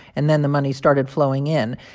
and then the money started flowing in.